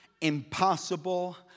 impossible